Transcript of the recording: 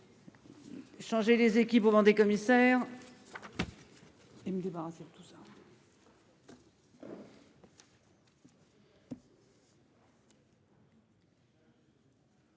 Changer les équipes vendez commissaires.